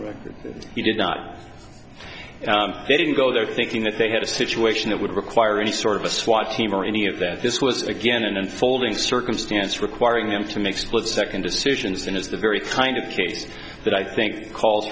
record you did not they didn't go there thinking that they had a situation that would require any sort of a swat team or any of that this was again an unfolding circumstance requiring them to make split second decisions and is the very kind of case that i think call